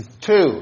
Two